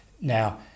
now